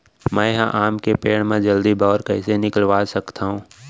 मैं ह आम के पेड़ मा जलदी बौर कइसे निकलवा सकथो?